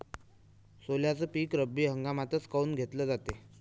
सोल्याचं पीक रब्बी हंगामातच काऊन घेतलं जाते?